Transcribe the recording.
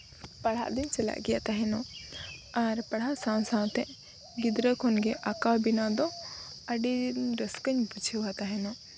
ᱯᱟᱲᱦᱟᱜ ᱫᱚᱧ ᱪᱟᱞᱟᱜ ᱜᱮᱭᱟ ᱛᱟᱦᱮᱱᱚᱜ ᱟᱨ ᱯᱟᱲᱦᱟᱣ ᱥᱟᱶ ᱥᱟᱶᱛᱮ ᱜᱤᱫᱽᱨᱟᱹ ᱠᱷᱚᱱᱜᱮ ᱟᱸᱠᱟᱣ ᱵᱮᱱᱟᱣ ᱫᱚ ᱟᱹᱰᱤ ᱨᱟᱹᱥᱠᱟᱹᱧ ᱵᱩᱡᱷᱟᱹᱣᱟ ᱛᱟᱦᱮᱱᱚᱜ